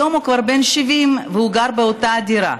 היום הוא כבר בן 70, והוא גר באותה הדירה.